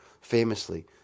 famously